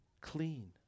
clean